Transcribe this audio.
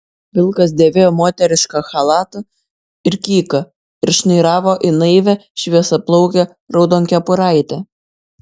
vilkas dėvėjo moterišką chalatą ir kyką ir šnairavo į naivią šviesiaplaukę raudonkepuraitę